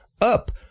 up